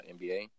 NBA